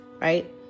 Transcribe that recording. right